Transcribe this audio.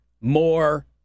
more